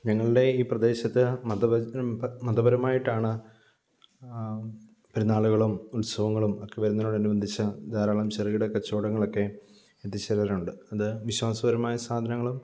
ഞങ്ങളുടെ ഈ പ്രദേശത്ത് മതപരമായിട്ടാണ് പെരുനാളുകളും ഉല്സവങ്ങളും ഒക്കെ വരുന്നതിനോടനുബന്ധിച്ച് ധാരാളം ചെറുകിട കച്ചവടങ്ങളൊക്കെ എത്തിച്ചേരാറുണ്ട് അത് വിശ്വാസപരമായ സാധനങ്ങളും